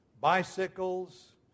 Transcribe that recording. bicycles